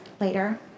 later